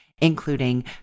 including